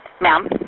ma'am